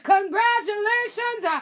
Congratulations